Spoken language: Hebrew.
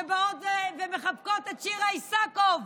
שבאות ומחבקות את שירה איסקוב,